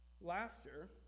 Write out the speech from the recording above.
laughter